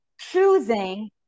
choosing